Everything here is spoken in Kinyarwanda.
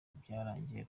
byararangiye